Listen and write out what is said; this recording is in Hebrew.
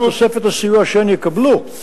עם תוספת הסיוע שהן יקבלו,